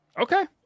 Okay